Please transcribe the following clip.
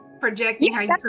Projecting